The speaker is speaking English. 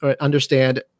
understand